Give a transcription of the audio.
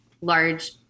large